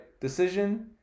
decision